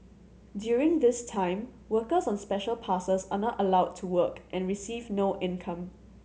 during this time workers on Special Passes are not allowed to work and receive no income